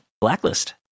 Blacklist